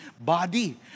body